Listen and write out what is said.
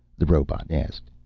the robot asked.